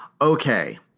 Okay